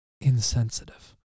insensitive